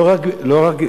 לא רק,